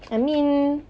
I mean